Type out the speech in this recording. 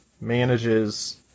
manages